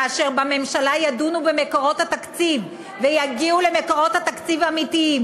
לאחר שבממשלה ידונו במקורות התקציב ויגיעו למקורות התקציב האמיתיים,